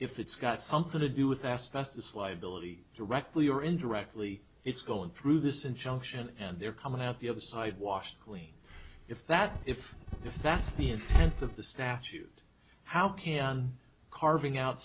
if it's got something to do with asbestos liability directly or indirectly it's going through this injunction and they're coming out the of side washed clean if that's if if that's the intent of the statute how can carving out